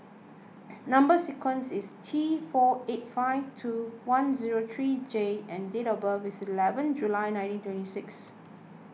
Number Sequence is T four eight five two one zero three J and date of birth is eleven July nineteen twenty six